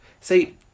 see